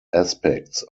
aspects